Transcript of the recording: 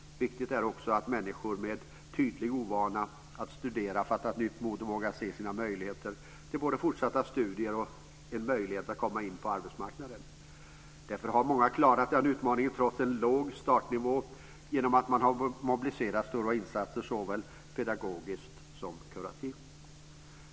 Viktigt är också att människor med tydlig ovana att studera fattat nytt mod och vågar se sina möjligheter att fortsätta studera och att komma in på arbetsmarknaden. Därför har många klarat den utmaningen trots en låg startnivå genom att det har mobiliserats stora insatser såväl pedagogiskt som kurativt.